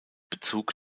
bezug